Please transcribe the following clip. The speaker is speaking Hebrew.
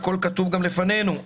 והכול כתוב לפנינו,